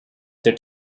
their